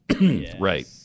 Right